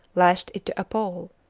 lashed it to a pole,